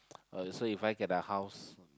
uh so If I get a house